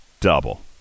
double